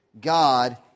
God